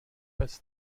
pes